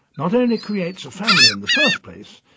not only creates a family in the first place,